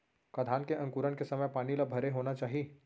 का धान के अंकुरण के समय पानी ल भरे होना चाही?